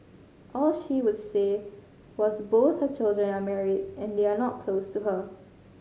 all she would say was both her children are married and they are not close to her